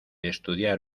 estudiar